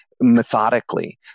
methodically